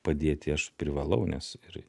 padėti aš privalau nes ir